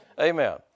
Amen